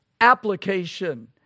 application